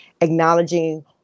acknowledging